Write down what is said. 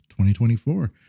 2024